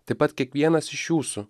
taip pat kiekvienas iš jūsų